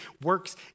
works